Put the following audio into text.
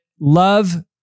love